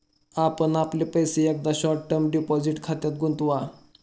आपण आपले पैसे एकदा शॉर्ट टर्म डिपॉझिट खात्यात गुंतवा